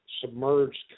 submerged